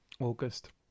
August